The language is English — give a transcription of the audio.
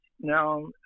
now